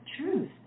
truth